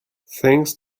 thanks